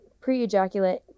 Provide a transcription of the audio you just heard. pre-ejaculate